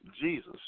Jesus